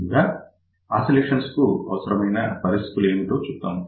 ముందుగా ఆసిలేషన్స్ కు అవసరమైన పరిస్థితులు ఏమిటో చూద్దాం